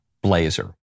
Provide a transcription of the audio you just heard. Blazer